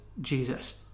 Jesus